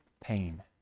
pain